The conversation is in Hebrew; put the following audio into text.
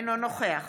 אינו נוכח